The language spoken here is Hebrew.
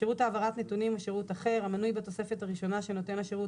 "שירות העברת נתונים או שירות אחר המנוי בתוספת הראשונה שנותן השירות